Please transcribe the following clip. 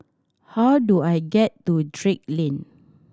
how do I get to Drake Lane